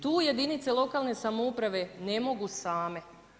Tu jedinice lokalne samouprave ne mogu same.